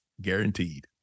guaranteed